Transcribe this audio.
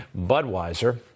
Budweiser